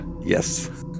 Yes